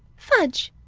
fudge!